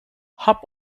hop